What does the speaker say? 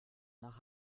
nach